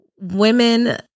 women